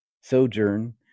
sojourn